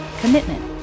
commitment